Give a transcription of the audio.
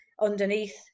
underneath